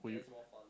will you